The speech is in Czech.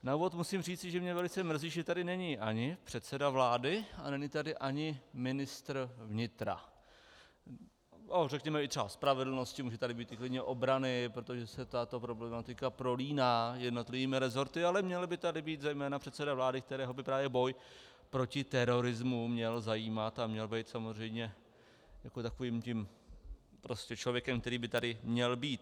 Na úvod musím říci, že mě velice mrzí, že tady není ani předseda vlády a není tady ani ministr vnitra, ale řekněme i třeba spravedlnosti, může tady být i klidně obrany, protože se tato problematika prolíná jednotlivými rezorty, ale měl by tady být zejména předseda vlády, kterého by právě boj proti terorismu měl zajímat a měl by být člověkem, který by tady měl být.